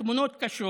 התמונות קשות.